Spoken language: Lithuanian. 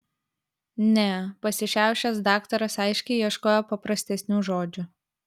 ne pasišiaušęs daktaras aiškiai ieškojo paprastesnių žodžių